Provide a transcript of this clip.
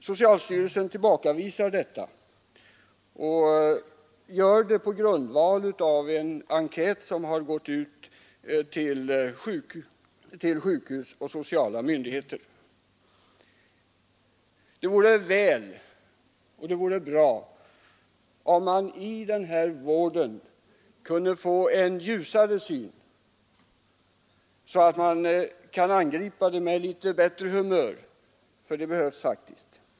Socialstyrelsen tillbakavisar detta och åberopar som grund härför en enkät som bl.a. har gått ut till sjukhus och sociala myndigheter. Det vore väl om man kunde få en ljusare syn på denna vård, så att man kunde angripa problemen med litet bättre humör. Det behövs faktiskt.